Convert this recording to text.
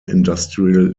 industrial